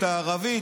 הערבית,